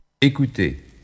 Écoutez